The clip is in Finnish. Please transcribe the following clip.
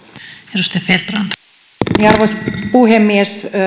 arvoisa puhemies